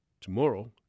tomorrow